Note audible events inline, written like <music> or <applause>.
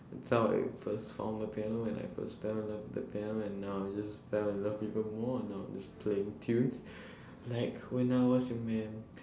that's how I first found the piano when I first turned on the piano and now I just fell in love even more and now I'm just playing tunes <breath> like when I was your man